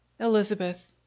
Elizabeth